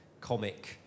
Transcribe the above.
comic